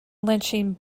lynching